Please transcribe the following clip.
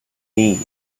need